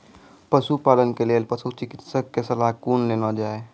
पशुपालन के लेल पशुचिकित्शक कऽ सलाह कुना लेल जाय?